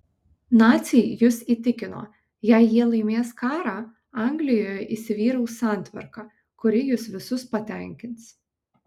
naciai jus įtikino jei jie laimės karą anglijoje įsivyraus santvarka kuri jus visus patenkins